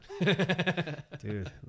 dude